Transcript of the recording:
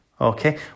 okay